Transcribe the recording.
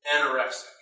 anorexic